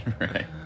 Right